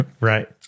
Right